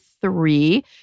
three